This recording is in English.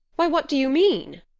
what do you mean?